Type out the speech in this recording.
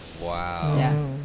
Wow